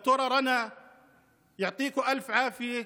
לד"ר רנא: (אומר בערבית: תזכו להרבה בריאות,